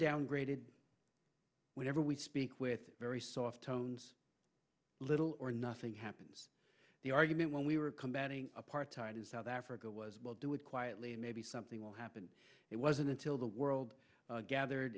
downgraded whenever we speak with very soft tones little or nothing happens the argument when we were combating apartheid in south africa was we'll do it quietly and maybe something will happen it wasn't until the world gathered